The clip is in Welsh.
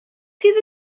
sydd